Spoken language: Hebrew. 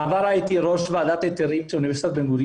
הוא קול אחד מתוך שבעה, שמונה --- לא.